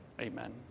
amen